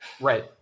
Right